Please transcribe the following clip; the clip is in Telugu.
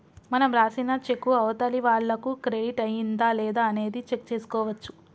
మనం రాసిన చెక్కు అవతలి వాళ్లకు క్రెడిట్ అయ్యిందా లేదా అనేది చెక్ చేసుకోవచ్చు